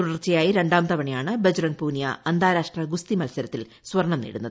തുടർച്ചയായി രണ്ടാം തവണയാണ് ബജ്രംഗ് പൂനിയ അന്താരാഷ്ട്ര ഗുസ്തി മത്സരത്തിൽ സ്വർണം നേടുന്നത്